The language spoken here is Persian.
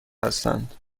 هستند